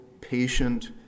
patient